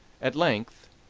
at length,